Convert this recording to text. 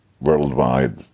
worldwide